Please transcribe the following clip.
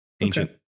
ancient